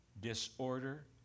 Disorder